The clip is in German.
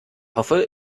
hoffe